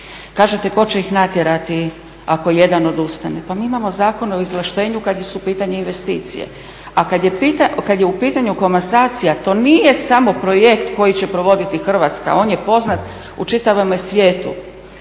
Kažete tko će ih natjerati ako jedan odustane. Pa mi imamo Zakon o izvlaštenju kada su u pitanju investicije, a kad je u pitanju komasacija to nije samo projekt koji će provoditi Hrvatska, on je poznat u čitavom svijetu.